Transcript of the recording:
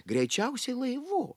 greičiausiai laivu